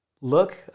Look